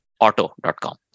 Auto.com